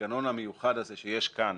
למנגנון המיוחד הזה שיש כאן,